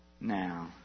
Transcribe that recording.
now